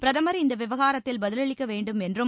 பிரதமர் இந்த விவகாரத்தில் பதிலளிக்க வேண்டும் என்றும்